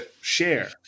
share